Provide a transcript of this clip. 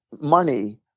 money